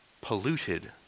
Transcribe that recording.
polluted